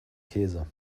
käse